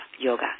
yoga